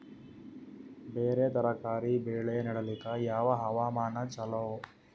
ಬೇರ ತರಕಾರಿ ಬೆಳೆ ನಡಿಲಿಕ ಯಾವ ಹವಾಮಾನ ಚಲೋ?